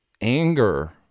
Anger